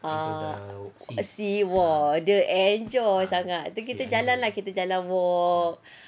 uh sea !wah! dia enjoy sangat kita jalan lah kita jalan walk